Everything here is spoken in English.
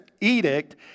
edict